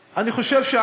בבקשה.